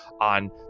on